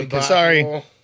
Sorry